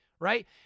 right